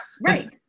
Right